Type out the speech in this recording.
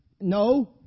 no